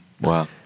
Wow